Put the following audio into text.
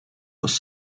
was